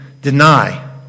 deny